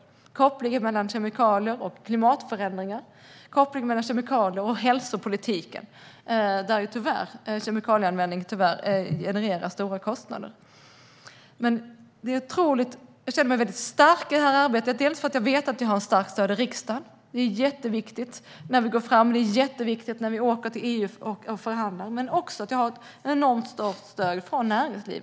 Det är kopplingen mellan kemikalier och klimatförändringar, och det är kopplingen mellan kemikalier och hälsopolitiken där kemikalieanvändningen tyvärr genererar stora kostnader. Jag känner mig mycket stark i detta arbete, bland annat för att jag vet att jag har ett starkt stöd i riksdagen. Det är jätteviktigt när vi åker till EU och förhandlar. Jag känner mig också stark för att jag har ett enormt stort stöd från näringslivet.